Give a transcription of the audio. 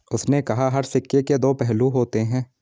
उसने कहा हर सिक्के के दो पहलू होते हैं